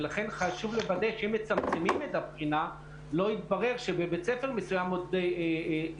ולכן חשוב לוודא שאם מצמצמים את הבחינה לא יתברר שבבית ספר מסוים למדו,